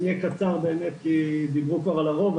אני אהיה קצר באמת כי כבר דיברו פה על הרוב.